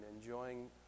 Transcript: enjoying